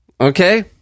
Okay